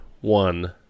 one